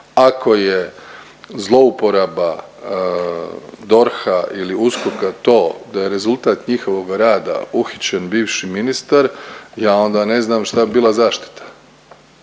ako je zlouporaba DORH-a ili USKOK-a to da je rezultat njihovog rada uhićen bivši ministar ja onda ne z nam šta bi bila zaštita.